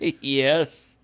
Yes